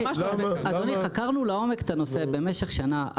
אדוני, חקרנו לעומק את הנושא במשך שנה.